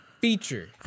feature